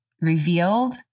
revealed